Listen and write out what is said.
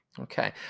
Okay